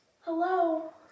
Hello